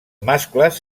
mascles